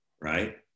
right